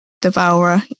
Devourer